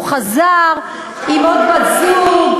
הוא חזר עם בת-זוג,